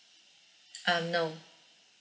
um no